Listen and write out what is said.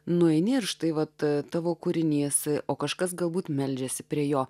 nueini ir štai vat tavo kūrinys o kažkas galbūt meldžiasi prie jo